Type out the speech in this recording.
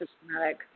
systematic